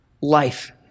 Life